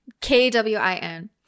K-W-I-N